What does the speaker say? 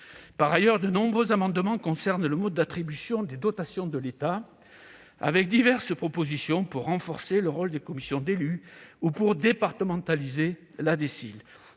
Par ailleurs, de nombreux amendements concernent le mode d'attribution des dotations de l'État, diverses propositions étant faites pour renforcer le rôle des commissions d'élus ou pour « départementaliser » la